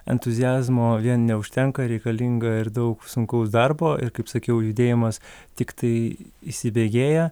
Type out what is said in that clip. entuziazmo vien neužtenka reikalinga ir daug sunkaus darbo ir kaip sakiau judėjimas tiktai įsibėgėja